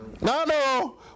No